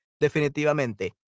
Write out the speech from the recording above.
definitivamente